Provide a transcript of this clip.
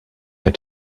your